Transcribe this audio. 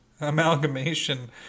amalgamation